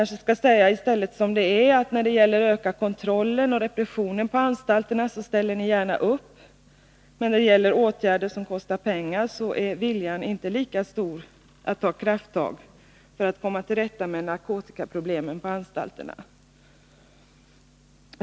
Säg i stället som det är: När det gäller att öka kontrollen och repressionen på anstalterna ställer ni gärna upp, men när det gäller åtgärder som kostar pengar är viljan inte lika stor att ta krafttag för att komma till rätta med narkotikaproblemet på anstalterna.